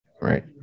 right